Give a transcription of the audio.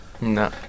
No